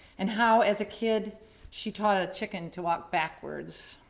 and how as a kid she taught a chicken to walk backwards.